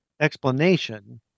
explanation